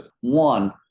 one